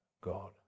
God